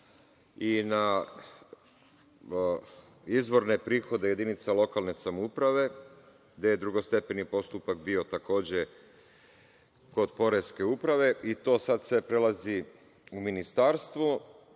i na izvorne prihode jedinica lokalne samouprave, gde je drugostepeni postupak bio takođe kod poreske uprave. To sada sve prelazi u ministarstvo. Drugi